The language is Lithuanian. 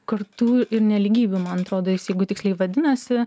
kartų ir nelygybių man atrodo jis jeigu tiksliai vadinasi